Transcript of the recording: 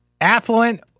affluent